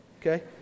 okay